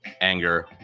anger